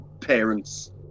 parents